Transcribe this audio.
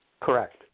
Correct